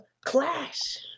Clash